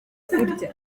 kurya